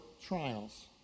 trials